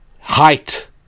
height